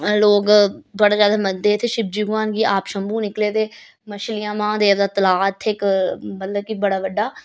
लोग बड़ा ज्यादा मन्नदे इत्थें शिवजी भगवान गी आप शम्बू निकले दे मच्छलियां महादेव दा तलाऽ इत्थें इक मतलब कि बड़ा बड्डा